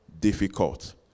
Difficult